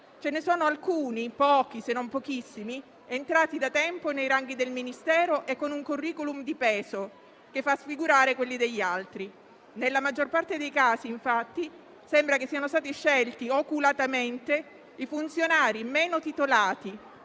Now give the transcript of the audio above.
ce ne sono alcuni (pochi, se non pochissimi) entrati da tempo nei ranghi del Ministero e con un *curriculum* di peso che fa sfigurare quelli degli altri. Nella maggior parte dei casi, infatti, sembra che siano stati scelti oculatamente i funzionari meno titolati,